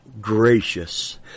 gracious